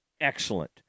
excellent